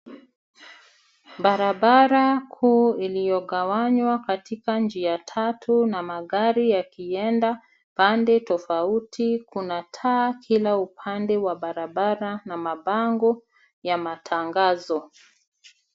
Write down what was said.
Barabara kuu iliyogawanywa katika njia tatu na magari yakienda pande tofauti. Kuna taa kila upande wa barabara na mabango ya matangazo.